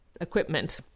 equipment